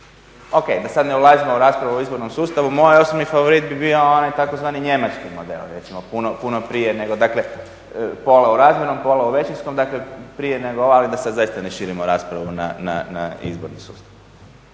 O.k. da sad ne ulazimo u raspravu o izbornom sustavu moj osobni favorit bi bio onaj tzv. njemački model recimo puno prije nego dakle, pola u razmjernom, pola u većinskom. Dakle, prije …/Govornik se ne razumije./… da sad zaista ne širimo raspravu na izborni sustav.